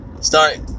start